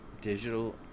digital